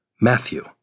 Matthew